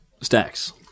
stacks